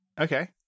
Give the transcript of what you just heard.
Okay